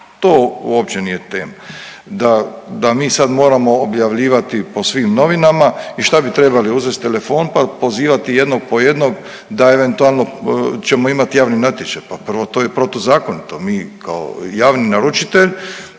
to uopće nije tema, da mi sad moramo objavljivati po svim novinama. I šta bi trebali uzest telefon pa pozivati jednog po jednog da eventualno ćemo imati javni natječaj? Pa prvo to je protuzakonito, mi kao javni naručitelj